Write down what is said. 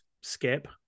skip